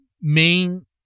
main